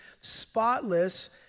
spotless